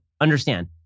understand